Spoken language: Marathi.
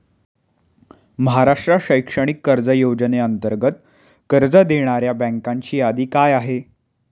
महाराष्ट्र शैक्षणिक कर्ज योजनेअंतर्गत कर्ज देणाऱ्या बँकांची यादी काय आहे?